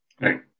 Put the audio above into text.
Right